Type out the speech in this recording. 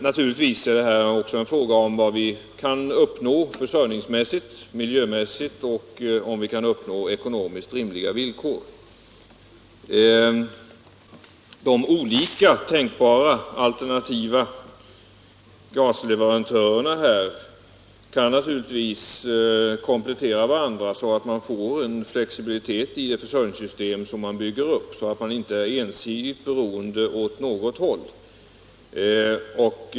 Naturligtvis gäller det här vad vi kan uppnå försörjningsmässigt och miljömässigt och om vi kan få ekonomiskt rimliga villkor. De tänkbara alternativa gasleverantörerna kan givetvis komplettera varandra, så att man får en flexibilitet i det försörjningssystem som man bygger upp och inte blir ensidigt beroende åt något håll.